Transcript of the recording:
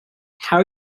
how